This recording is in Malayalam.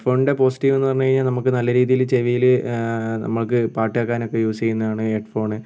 ഹെഡ്ഫോണിൻ്റെ പോസിറ്റീവെന്ന് പറഞ്ഞു കഴിഞ്ഞാൽ നമുക്ക് നല്ല രീതിയിൽ ചെവിയിൽ നമുക്ക് പാട്ട് കേൾക്കാനൊക്കെ യൂസ് ചെയ്യുന്നതാണ് ഹെഡ് ഫോണ്